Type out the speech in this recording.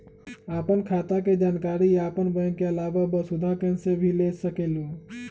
आपन खाता के जानकारी आपन बैंक के आलावा वसुधा केन्द्र से भी ले सकेलु?